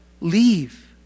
Leave